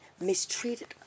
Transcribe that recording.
mistreated